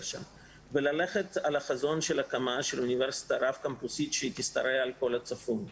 שם וללכת על חזון הקמת אוניברסיטה רב קמפוסית שתשתרע על כל הצפון.